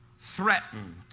threatened